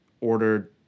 ordered